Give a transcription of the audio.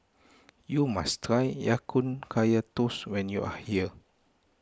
you must try Ya Kun Kaya Toast when you are here